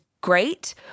great